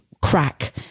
crack